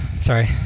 sorry